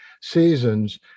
seasons